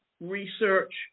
research